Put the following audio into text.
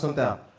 so that